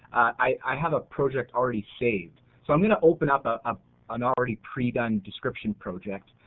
i have a project already saved so i'm going to open up ah up an already pre-done description project